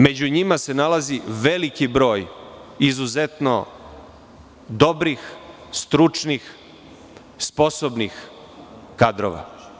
Među njima se nalazi veliki broj izuzetno dobrih, stručnih, sposobnih kadrova.